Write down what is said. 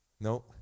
no